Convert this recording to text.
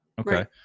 Okay